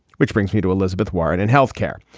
which brings me to elizabeth warren and health care.